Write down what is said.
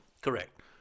Correct